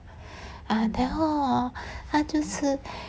啊然后 hor 他就是